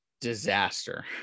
disaster